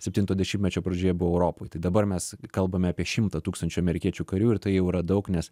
septinto dešimtmečio pradžioje buvo europoj tai dabar mes kalbame apie šimtą tūkstančių amerikiečių karių ir tai jau yra daug nes